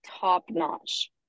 top-notch